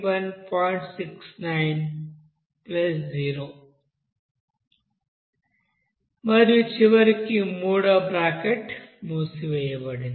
69నీటికోసంమరియుచివరికిమూడవ bracket మూసివేయబడింది